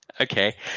Okay